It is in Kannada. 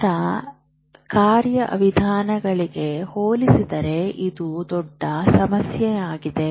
ಇತರ ಕಾರ್ಯವಿಧಾನಗಳಿಗೆ ಹೋಲಿಸಿದರೆ ಇದು ದೊಡ್ಡ ಸಮಸ್ಯೆಯಾಗಿದೆ